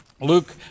Luke